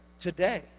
today